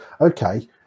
Okay